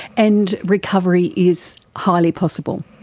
and recovery is highly possible?